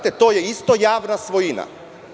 To je isto javna svojina.